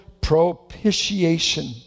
propitiation